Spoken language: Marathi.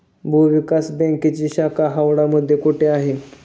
भूविकास बँकेची शाखा हावडा मध्ये कोठे आहे?